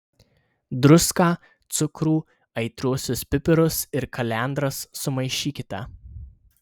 druską cukrų aitriuosius pipirus ir kalendras sumaišykite